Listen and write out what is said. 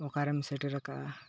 ᱚᱠᱟᱨᱮᱢ ᱥᱮᱴᱮᱨᱟᱠᱟᱜᱼᱟ